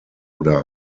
oder